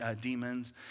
demons